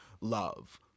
love